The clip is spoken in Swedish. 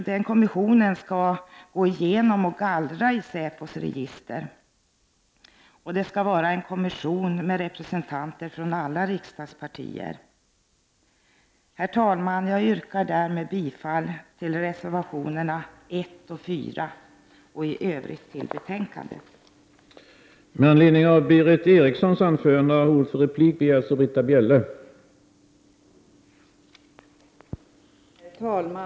Denna kommission skall gå igenom och gallra i SÄPO:s register, och den skall bestå av representanter från alla riksdagspartier. Herr talman! Jag yrkar härmed bifall till reservationerna 1 och 4 och i övrigt till utskottets hemställan i betänkandet.